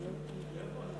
גברתי